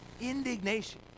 indignation